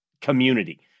community